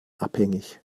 abhängig